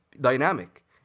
dynamic